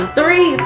Three